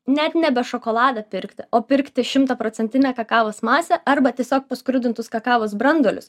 net nebe šokoladą pirkti o pirkti šimtaprocentinę kakavos masę arba tiesiog paskrudintus kakavos branduolius